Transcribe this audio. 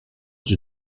dans